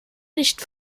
nicht